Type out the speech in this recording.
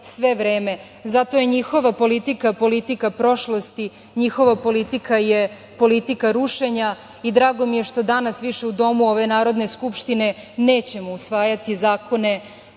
Zato je njihova politika, politika prošlosti, njihova politika je politika rušenja i drago mi je što danas više u domu ove Narodne skupštine nećemo usvajati zakone